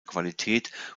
qualität